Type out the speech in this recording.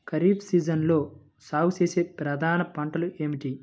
ఖరీఫ్ సీజన్లో సాగుచేసే ప్రధాన పంటలు ఏమిటీ?